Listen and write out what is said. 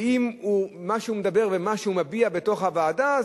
ואם מה שהוא מדבר ומה שמביע בתוך הוועדה,